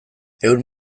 ehun